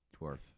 Dwarf